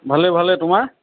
ভালেই ভালেই তোমাৰ